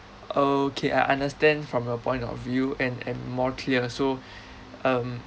okay I understand from your point of view and and more clear so um